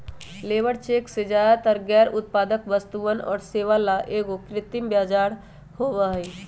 labour check में ज्यादातर गैर उत्पादक वस्तुअन और सेवा ला एगो कृत्रिम बाजार होबा हई